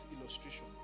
illustration